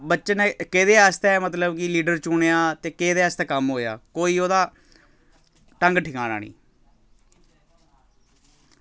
बच्चे ने केह्दे आस्तै मतलब कि लीडर चुनेआ ते केह्दे आस्तै कम्म होएआ ते कोई ओह्दा ढंग ठकाना निं